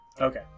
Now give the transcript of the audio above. Okay